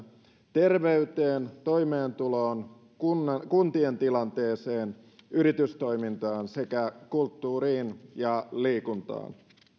terveyteen toimeentuloon kuntien kuntien tilanteeseen yritystoimintaan sekä kulttuuriin ja liikuntaan puhemies